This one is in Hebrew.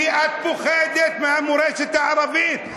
כי את פוחדת מהמורשת הערבית.